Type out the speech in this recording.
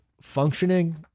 functioning